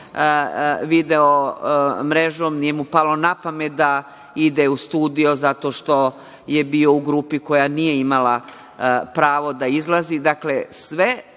video-mrežom, nije mu palo na pamet da ide u studiju zato što je bio u grupi koja nije imala pravo da izlazi. Dakle, sve